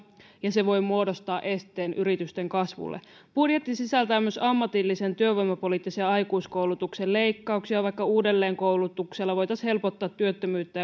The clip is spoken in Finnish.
ja se voi muodostaa esteen yritysten kasvulle budjetti sisältää myös ammatillisen koulutuksen työvoimapoliittisia aikuiskoulutuksen leikkauksia vaikka uudelleenkoulutuksella voitaisiin helpottaa työttömyyttä